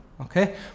okay